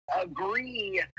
agree